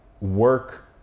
work